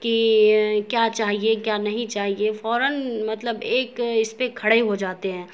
کہ کیا چاہیے کیا نہیں چاہیے فوراً مطلب ایک اس پہ کھڑے ہو جاتے ہیں